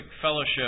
fellowship